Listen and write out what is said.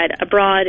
abroad